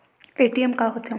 ATM का होथे?